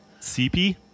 CP